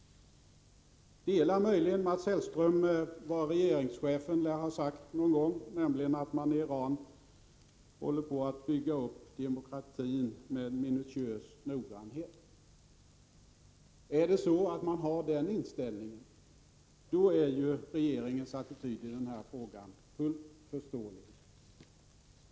Delar möjligen Mats Hellström den uppfattning som regeringschefen någon gång lär ha gett uttryck åt, nämligen att man i Iran håller på att bygga upp demokratin med minutiös noggrannhet? Har man den inställningen, då är ju regeringens attityd i den här frågan fullt förståelig.